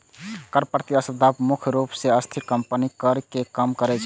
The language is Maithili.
कर प्रतिस्पर्धा मुख्य रूप सं अस्थिर कंपनीक कर कें कम करै छै